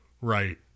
Right